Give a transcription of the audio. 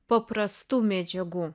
paprastų medžiagų